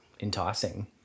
enticing